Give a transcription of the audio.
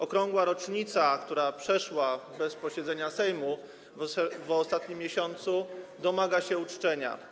Okrągła rocznica, która przeszła bez posiedzenia Sejmu w ostatnim miesiącu, domaga się uczczenia.